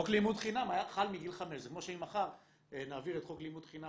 חוק לימוד חובה חל מגיל 5. זה כמו שאם מחר נעביר את חוק לימוד חובה